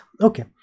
Okay